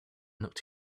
looked